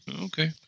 Okay